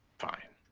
fine.